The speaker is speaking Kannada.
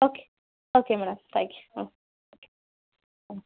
okay okay madam thank you ಹಾಂ ಓಕೆ ಹಾಂ